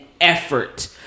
effort